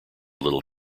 little